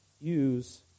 use